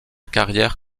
carrière